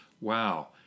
wow